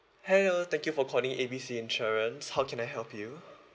hello thank you for calling A B C insurance how can I help you